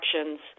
actions